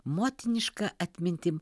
motiniška atmintim